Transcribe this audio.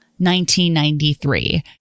1993